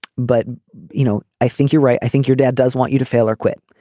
but you know i think you're right. i think your dad does want you to fail or quit.